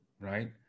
right